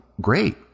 great